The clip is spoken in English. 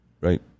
right